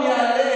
ביום העצמאות.